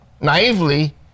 naively